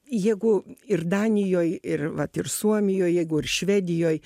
jeigu ir danijoj ir vat ir suomijoj jeigu ir švedijoj